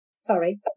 Sorry